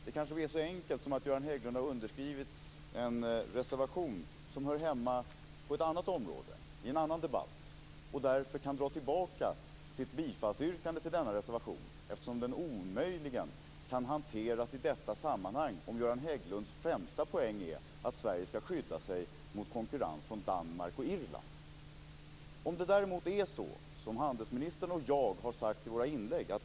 Det kanske är så enkelt som att Göran Hägglund har skrivit under en reservation som hör hemma på ett annat område i en annan debatt och att han därför kan dra tillbaka sitt bifallsyrkande till denna reservation. Den kan ju omöjligen hanteras i detta sammanhang om Göran Hägglunds främsta poäng är att Sverige skall skydda sig mot konkurrens från Danmark och Irland. Men det kanske är så som handelsministern och jag har sagt i våra inlägg.